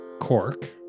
Cork